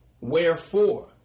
Wherefore